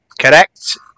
Correct